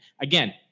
Again